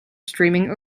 streaming